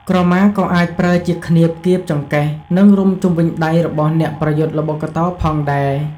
ក្រមាក៏អាចប្រើជាឃ្នៀបគៀបចង្កេះ និងរុំជុំវិញដៃរបស់អ្នកប្រយុទ្ធល្បុក្កតោផងដែរ។